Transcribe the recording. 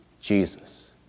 Jesus